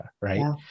right